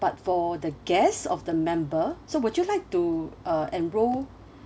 but for the guest of the member so would you like to uh enroll